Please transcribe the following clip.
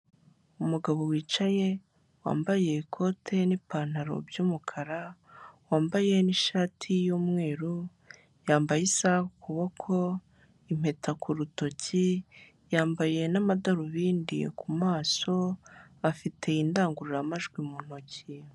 Umugabo wicaye, wambaye ikote n'ipantaro by'umukara, wambaye n'ishati y'umweru, yambaye isaha ku kuboko, impeta ku rutoki, yambaye n'amadarubindi ku maso, afite indangururamajwi mu ntoki.